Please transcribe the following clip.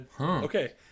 okay